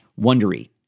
wondery